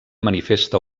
manifesta